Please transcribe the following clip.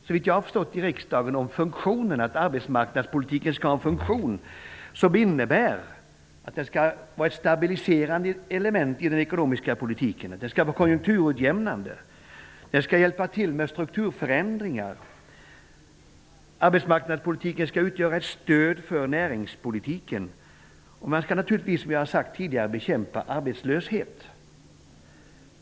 Såvitt jag har förstått, har vi varit eniga om att arbetsmarknadspolitiken skall ha en funktion som innebär att den utgör ett stabiliserande element i den ekonomiska politiken, att den skall vara konjunkturutjämnande och att den skall hjälpa till med strukturförändringar. Arbetsmarknadspolitiken skall utgöra ett stöd för näringspolitiken och den skall naturligtvis, som vi har sagt tidigare, bekämpa arbetslöshet.